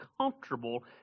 comfortable